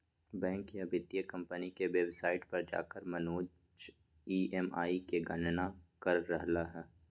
bank या वित्तीय company के वेबसाइट पर जाकर मनोज ई.एम.आई के गणना कर रहलय हल